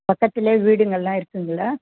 பக்கத்துலேயே வீடுங்களேலாம் இருக்குங்களா